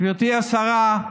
גברתי השרה,